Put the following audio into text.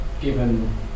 given